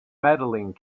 medaling